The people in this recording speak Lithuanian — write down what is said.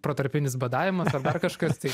protarpinis badavimas ar dar kažkas tai